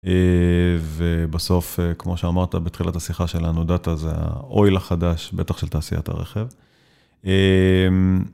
אה... ובסוף אה.. כמו שאמרת בתחילת השיחה שלנו, דאטה זה הoil החדש בטח של תעשיית הרכב. אהמ..